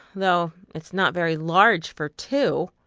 though it's not very large for two,